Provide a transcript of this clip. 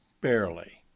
barely